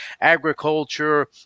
agriculture